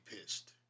pissed